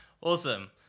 Awesome